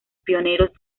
pioneros